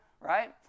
right